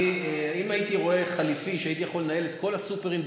אם הייתי רואה חלופה שהייתי יכול לנהל את כל הסופרים בחוץ,